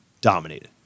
dominated